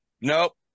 nope